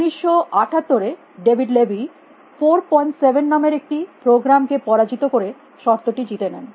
1978 এ David Levy 47 নামের একটি প্রোগ্রাম কে পরাজিত করে শর্তটি জিতে যান